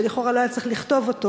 שלכאורה לא היה צריך לכתוב אותו.